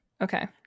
Okay